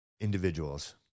individuals